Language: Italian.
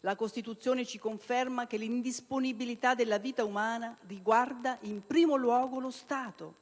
La Costituzione ci conferma che l'indisponibilità della vita umana riguarda in primo luogo lo Stato.